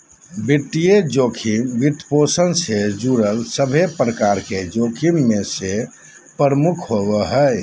वित्तीय जोखिम, वित्तपोषण से जुड़ल सभे प्रकार के जोखिम मे से प्रमुख होवो हय